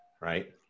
right